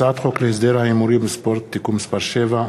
הצעת חוק להסדר ההימורים בספורט (תיקון מס' 7,